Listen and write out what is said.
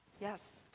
Yes